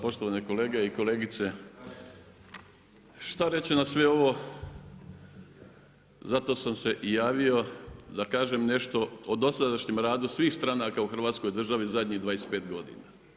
Poštovane kolege i kolegice, što reći na sve ovo, zato sam se i javio da kažem nešto o dosadašnjem radu svih stranaka u Hrvatskoj državi u zadnjih 25 godina.